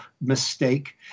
mistake